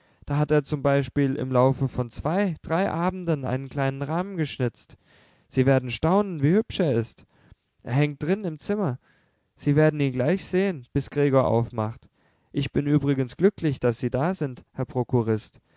da hat er zum beispiel im laufe von zwei drei abenden einen kleinen rahmen geschnitzt sie werden staunen wie hübsch er ist er hängt drin im zimmer sie werden ihn gleich sehen bis gregor aufmacht ich bin übrigens glücklich daß sie da sind herr prokurist